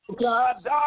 God